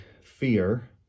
fear